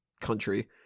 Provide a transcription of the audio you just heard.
country